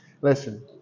Listen